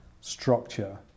structure